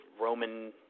roman